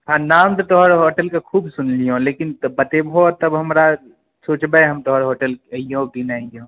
हॅं नाम तऽ तोहार होटल के खूब सुनलिहौं लेकिन बतैबहो तब हमरा सोचबै हम तोहर होटल के जैओं की नहि जैओं